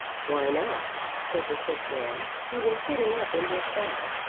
why not? said the sick man, who was sitting up in his bed.